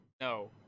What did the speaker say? no